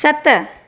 सत